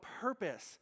purpose